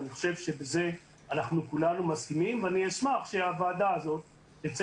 אני חושב שבזה אנחנו כולנו מסכימים ואני אשמח שהוועדה הזאת תצא